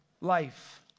life